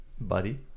Buddy